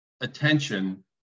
attention